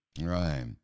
Right